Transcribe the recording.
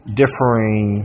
differing